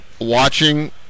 watching